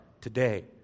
today